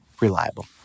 reliable